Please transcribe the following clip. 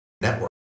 network